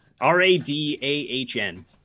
R-A-D-A-H-N